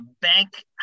bank